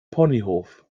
ponyhof